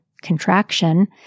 contraction